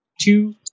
two